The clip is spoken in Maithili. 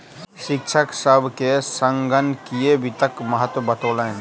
शिक्षक सभ के संगणकीय वित्तक महत्त्व बतौलैन